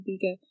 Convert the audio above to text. bigger